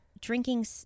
drinking